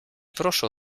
прошу